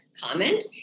comment